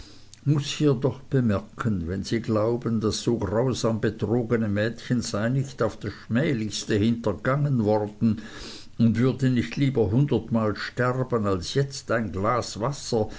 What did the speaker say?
muß hier doch bemerken wenn sie glauben das so grausam betrogene mädchen sei nicht auf das schmählichste hintergangen worden und würde nicht lieber hundertmal sterben als jetzt ein glas wasser